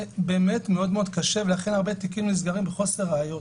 זה באמת מאוד מאוד קשה ולכן הרבה תיקים נסגרים מחוסר ראיות.